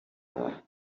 her